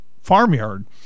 farmyard